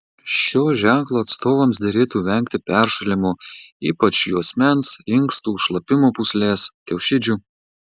šio ženklo atstovams derėtų vengti peršalimo ypač juosmens inkstų šlapimo pūslės kiaušidžių